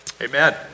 Amen